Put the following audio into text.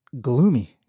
gloomy